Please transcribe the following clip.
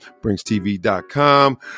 BringsTV.com